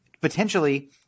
potentially